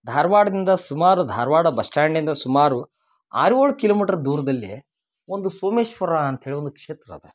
ಧಾರ್ವಾಡ್ದಿಂದ ಸುಮಾರು ಧಾರ್ವಾಡ ಬಸ್ ಸ್ಟ್ಯಾಂಡ್ನಿಂದ ಸುಮಾರು ಆರು ಏಳು ಕಿಲೋಮೀಟ್ರ್ ದೂರದಲ್ಲಿ ಒಂದು ಸೋಮೇಶ್ವರ ಅಂತ್ಹೇಳಿ ಒಂದು ಕ್ಷೇತ್ರ ಅದ